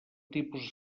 tipus